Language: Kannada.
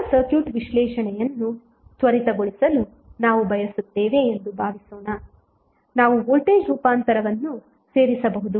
ನಮ್ಮ ಸರ್ಕ್ಯೂಟ್ ವಿಶ್ಲೇಷಣೆಯನ್ನು ತ್ವರಿತಗೊಳಿಸಲು ನಾವು ಬಯಸುತ್ತೇವೆ ಎಂದು ಭಾವಿಸೋಣ ನಾವು ವೋಲ್ಟೇಜ್ ರೂಪಾಂತರವನ್ನೂ ಸೇರಿಸಬಹುದು